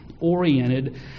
oriented